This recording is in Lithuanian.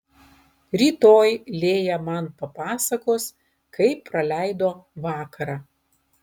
rytoj lėja man papasakos kaip praleido vakarą